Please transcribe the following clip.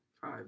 Five